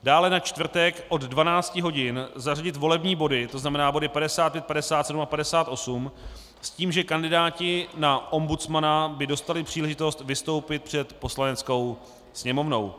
Dále na čtvrtek od 12 hodin zařadit volební body, to znamená body 55, 57 a 58, s tím, že kandidáti na ombudsmana by dostali příležitost vystoupit před Poslaneckou sněmovnou.